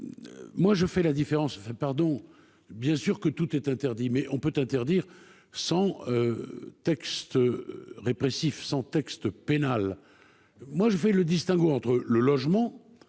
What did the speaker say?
Moi je fais la différence enfin pardon bien sûr que tout est interdit, mais on peut t'interdire sans. Texte. Répressif sans texte pénal. Moi je fais le distinguo entre le logement.